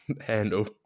handle